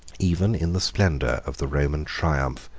even in the splendor of the roman triumph,